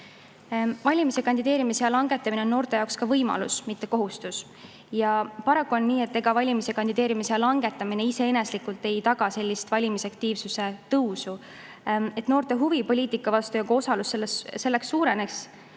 Valimis- ja kandideerimisea langetamine on noorte jaoks ka võimalus, mitte kohustus. Paraku on nii, et valimis- ja kandideerimisea langetamine iseeneslikult ei taga valimisaktiivsuse tõusu. Et noorte huvi poliitika vastu ja osalus selles suureneks,